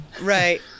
Right